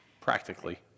Practically